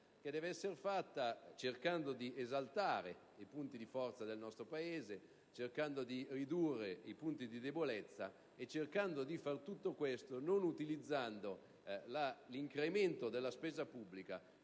che deve essere fatta cercando di esaltare i punti di forza del nostro Paese, di ridurre i punti di debolezza, e di far tutto questo non utilizzando l'incremento della spesa pubblica